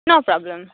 નો problem